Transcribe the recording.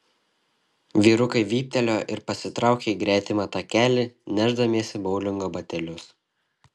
vyrukai vyptelėjo ir pasitraukė į gretimą takelį nešdamiesi boulingo batelius